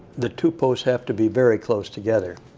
the two posts have to be very close together.